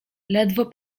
ledwo